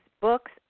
books